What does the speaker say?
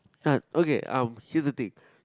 uh okay um here's the thing